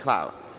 Hvala.